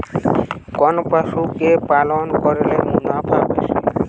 কোন পশু কে পালন করলে মুনাফা বেশি?